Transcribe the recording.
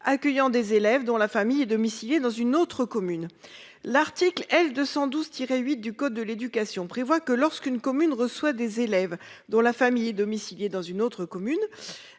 accueillant des élèves dont la famille est domicilié dans une autre commune. L'article L 212 tiré 8 du code de l'éducation prévoit que lorsqu'une commune reçoit des élèves dont la famille est domicilié dans une autre commune.